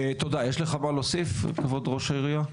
תודה, יש לך מה להוסיף, כבוד ראש העירייה?